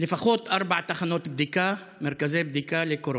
לפחות ארבע תחנות בדיקה, מרכזי בדיקה לקורונה,